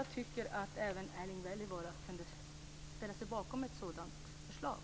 Jag tycker att även Erling Wälivaara kunde ställa sig bakom ett sådant förslag.